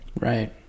Right